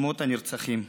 שמות הנרצחים: